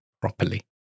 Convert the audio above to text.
properly